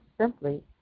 simply